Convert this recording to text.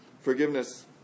forgiveness